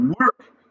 work